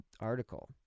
article